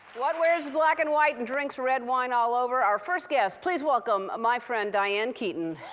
what wears black and white and drinks red wine all over? our first guests. please welcome my friend diane keaton.